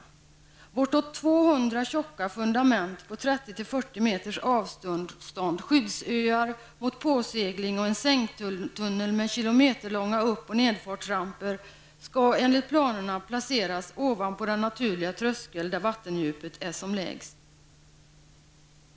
Bortåt 200 tjocka fundament på ett avstånd av 30--40 meter från varandra, skyddsöar mot påsegling och en sänktunnel med kilometerlånga upp och nerfartsramper skall enligt planerna placeras ovanpå den naturliga tröskeln där vattendjupet är som lägst.